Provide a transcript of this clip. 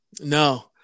no